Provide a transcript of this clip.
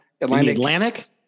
Atlantic